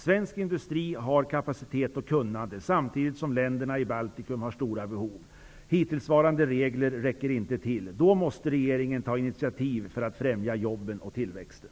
Svensk industri har kapacitet och kunnande samtidigt som länderna i Baltikum har stora behov att fylla. Hittillsvarande regler räcker inte till. Då måste regeringen ta initiativ för att främja jobben och tillväxten.